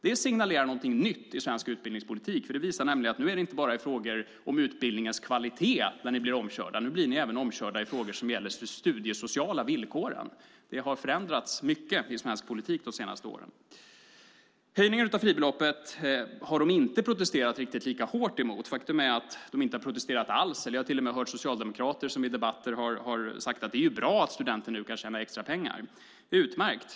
Det signalerar någonting nytt i svensk utbildningspolitik. Det visar nämligen att det nu inte bara är i frågor om utbildningens kvalitet som ni blir omkörda. Nu blir ni omkörda även i frågor som gäller de studiesociala villkoren. Mycket har förändrats i svensk politik under de senaste åren. Höjningen av fribeloppet har Socialdemokraterna inte protesterat riktigt lika hårt emot. Faktum är att de inte har protesterat alls. Jag har till och med hört socialdemokrater som i debatter har sagt att det är bra att studenter nu kan tjäna extrapengar. Det är utmärkt.